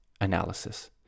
analysis